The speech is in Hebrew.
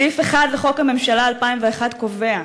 סעיף 1 לחוק הממשלה, 2001, קובע: